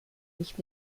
nicht